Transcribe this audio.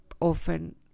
often